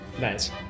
Nice